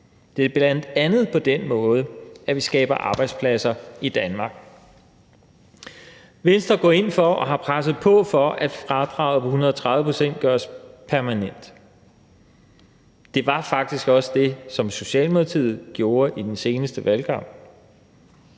Det er bl.a. på den måde, vi skaber arbejdspladser i Danmark. Venstre går ind for og har presset på for, at fradraget på 130 pct. gøres permanent. Det var faktisk også det, som Socialdemokratiet gjorde i den seneste valgkamp.